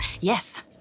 yes